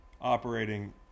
operating